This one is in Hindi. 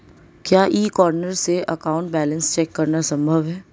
क्या ई कॉर्नर से अकाउंट बैलेंस चेक करना संभव है?